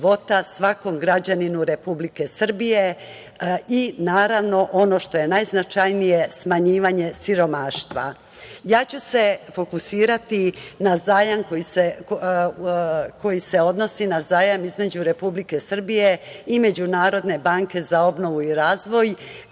svakom građaninu Republike Srbije i naravno ono što je najznačajnije smanjivanje siromaštva. Fokusiraću se na zajam koji se odnosi na zajam između Republike Srbijei Međunarodne banke za obnovu i razvoj